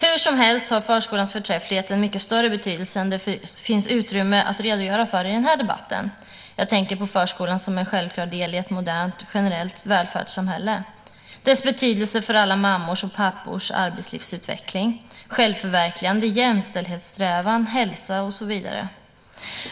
Hursomhelst har förskolans förträfflighet en mycket större betydelse än det finns utrymme att redogöra för i den här debatten. Jag tänker på förskolan som en självklar del i ett modernt generellt välfärdssamhälle, dess betydelse för alla mammors och pappors arbetslivsutveckling, självförverkligande, jämställdhetssträvan, hälsa och så vidare.